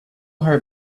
her